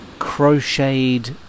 crocheted